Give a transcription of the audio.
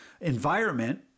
environment